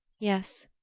yes.